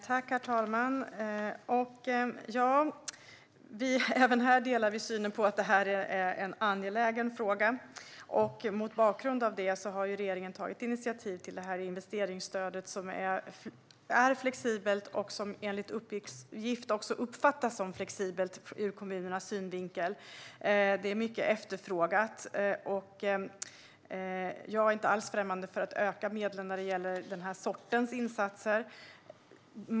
Herr talman! Även här delar vi synen på att frågan är angelägen. Mot bakgrund av detta har regeringen tagit initiativ till investeringsstödet, som är flexibelt och som enligt uppgift också uppfattas som flexibelt ur kommunernas synvinkel. Det är mycket efterfrågat, och jag är inte alls främmande för att öka medlen när det gäller den här sortens insatser.